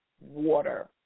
water